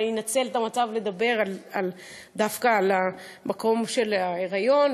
אבל אני אנצל את המצב לדבר דווקא על המקום של ההיריון,